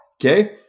Okay